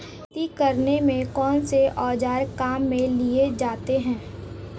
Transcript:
खेती करने में कौनसे औज़ार काम में लिए जाते हैं?